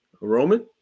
Roman